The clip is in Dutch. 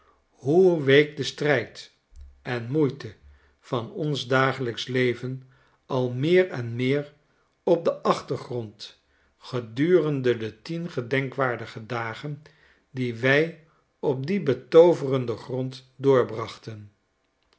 hoe week de strijd en moeite van ons dagelijksch leven al meer en meer op den achtergrond gedurende de tien gedenkwaardige dagen die wij op dien betooverenden grond